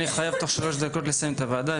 אני חייב תוך שלוש דקות לסיים את הוועדה,